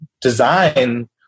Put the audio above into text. design